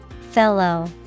fellow